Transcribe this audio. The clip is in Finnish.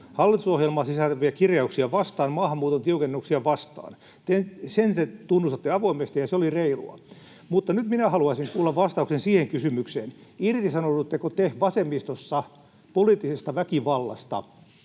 hallitusohjelmaan sisältyviä kirjauksia vastaan, maahanmuuton tiukennuksia vastaan. Sen te tunnustatte avoimesti, ja se oli reilua, mutta nyt minä haluaisin kuulla vastauksen siihen kysymykseen, irtisanoudutteko te vasemmistossa poliittisesta väkivallasta.